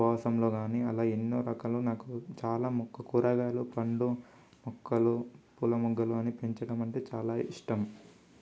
ఉపవాసంలో కానీ అలా ఎన్నో రకాలు నాకు చాలా మొక్కలు కూరగాయలు పండ్లు మొక్కలు పూల మొగ్గలు అని పెంచడమంటే చాలా ఇష్టం